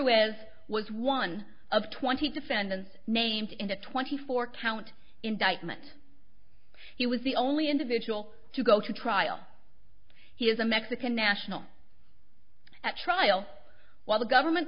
was was one of twenty defendants named in the twenty four count indictment he was the only individual to go to trial he is a mexican national at trial while the government